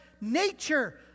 nature